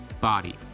body